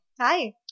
Hi